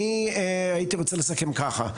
אני הייתי רוצה לסכם ככה,